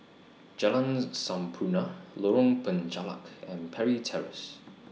Jalan Sampurna Lorong Penchalak and Parry Terrace